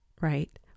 right